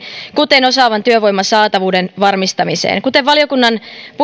kuten osaavan työvoiman saatavuuden varmistamiseen kuten valiokunnan